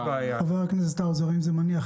מצוין.